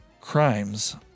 crimes